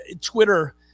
Twitter